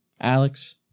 Alex